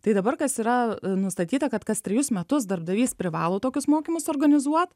tai dabar kas yra nustatyta kad kas trejus metus darbdavys privalo tokius mokymus organizuot